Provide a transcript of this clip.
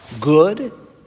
good